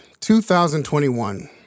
2021